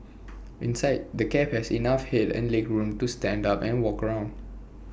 inside the cab has enough Head and legroom to stand up and walk around